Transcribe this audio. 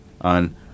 on